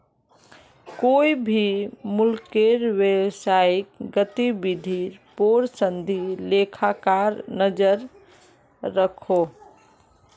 कोए भी मुल्केर व्यवसायिक गतिविधिर पोर संदी लेखाकार नज़र रखोह